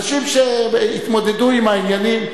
אנשים שהתמודדו עם העניינים.